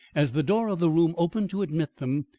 as the door of the room opened to admit them,